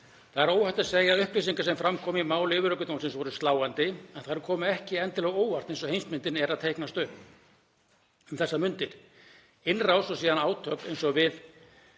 Það er óhætt að segja að upplýsingar sem fram komu í máli yfirlögregluþjónsins voru sláandi en þær komu ekki endilega á óvart eins og heimsmyndin er að teiknast upp um þessar mundir. Innrás og síðan átök eins og